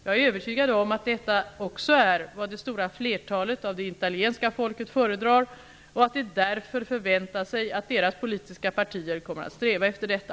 Jag är övertygad om att detta också är vad det stora flertalet av det italienska folket föredrar och att de därför förväntar sig att deras politiska partier kommer att sträva efter detta.